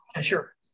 Sure